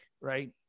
right